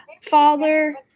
father